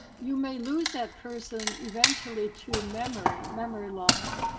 you may lose that person eventually to memory memory loss.